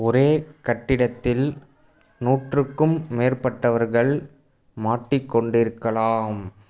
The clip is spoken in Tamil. ஒரே கட்டிடத்தில் நூற்றுக்கும் மேற்பட்டவர்கள் மாட்டிக் கொண்டு இருக்கலாம்